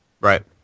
right